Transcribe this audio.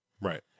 Right